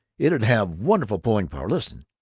it'd have wonderful pulling-power. listen